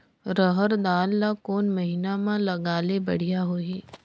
रहर दाल ला कोन महीना म लगाले बढ़िया होही?